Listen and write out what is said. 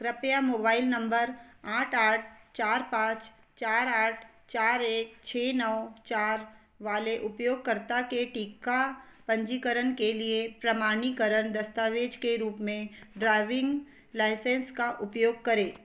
कृपया मोबाइल नम्बर आठ आठ चार पाँच चार आठ चार एक छः नौ चार वाले उपयोगकर्ता के टीका पंजीकरण के लिए प्रमाणीकरण दस्तावेज़ के रूप में ड्राइविंग लाइसेंस का उपयोग करें